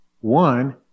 One